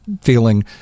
feeling